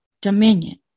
dominion